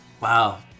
Wow